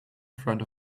front